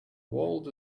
world